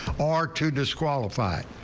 our to disqualify.